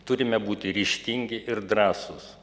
turime būti ryžtingi ir drąsūs